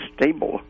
stable